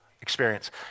experience